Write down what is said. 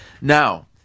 Now